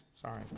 sorry